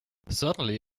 certainly